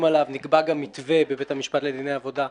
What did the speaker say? מתווה בבית הדין לעבודה,